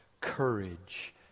courage